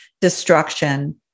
Destruction